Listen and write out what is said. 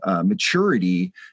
Maturity